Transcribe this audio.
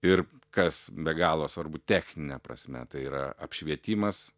ir kas be galo svarbu technine prasme tai yra apšvietimas